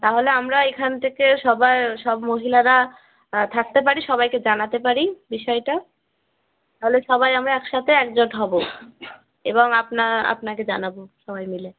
তাহলে আমরা এখান থেকে সবা সব মহিলারা থাকতে পারি সবাইকে জানাতে পারি বিষয়টা তাহলে সবাই আমরা একসাথে একজোট হব এবং আপনা আপনাকে জানাব সবাই মিলে